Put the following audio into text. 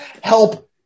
help